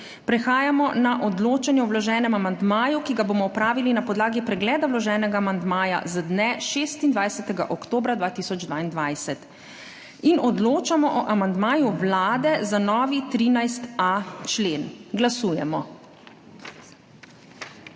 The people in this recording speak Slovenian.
Prehajamo na odločanje o vloženem amandmaju, ki ga bomo opravili na podlagi pregleda vloženega amandmaja z dne 26. oktobra 2022. Odločamo o amandmaju Vlade za novi 13.a člen. Glasujemo.